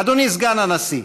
אדוני סגן הנשיא,